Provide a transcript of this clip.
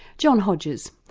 john hodges.